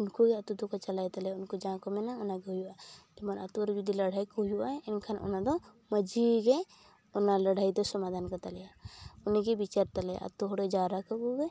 ᱩᱱᱠᱩᱜᱮ ᱟᱹᱛᱩ ᱫᱚᱠᱚ ᱪᱟᱞᱟᱭ ᱛᱟᱞᱮᱭᱟ ᱩᱱᱠᱩ ᱡᱟᱦᱟᱸ ᱠᱚ ᱢᱮᱱᱟ ᱚᱱᱟᱜᱮ ᱦᱩᱭᱩᱜᱼᱟ ᱡᱮᱢᱚᱱ ᱟᱹᱛᱩᱨᱮ ᱡᱩᱫᱤ ᱞᱟᱹᱲᱦᱟᱹᱭᱠᱚ ᱦᱩᱭᱩᱜᱼᱟ ᱮᱱᱠᱷᱟᱱ ᱚᱱᱟᱫᱚ ᱢᱟᱺᱡᱷᱤᱜᱮᱭ ᱚᱱᱟ ᱞᱟᱹᱲᱦᱟᱹᱭ ᱫᱚᱭ ᱥᱚᱢᱟᱫᱷᱟᱱ ᱠᱟᱛᱟᱞᱮᱭᱟ ᱩᱱᱤᱜᱮᱭ ᱵᱤᱪᱟᱹᱨ ᱛᱟᱞᱮᱭᱟ ᱟᱹᱛᱩᱦᱚᱲᱮ ᱡᱟᱣᱨᱟ ᱠᱮᱫ ᱠᱚᱜᱮ